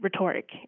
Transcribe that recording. rhetoric